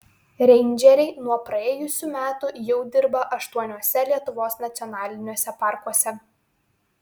reindžeriai nuo praėjusių metų jau dirba aštuoniuose lietuvos nacionaliniuose parkuose